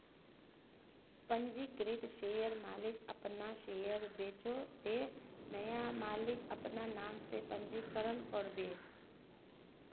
पंजीकृत शेयरर मालिक अपना शेयर बेचोह ते नया मालिक अपना नाम से पंजीकरण करबे